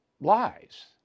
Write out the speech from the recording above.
lies